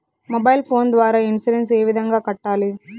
mobile phone ద్వారా insurance ఏ విధంగా కట్టాలి